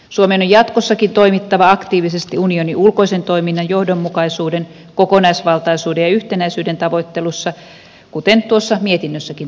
suomen on jatkossakin toimittava aktiivisesti unionin ulkoisen toiminnan johdonmukaisuuden kokonaisvaltaisuuden ja yhtenäisyyden tavoittelussa kuten tuossa mietinnössäkin todetaan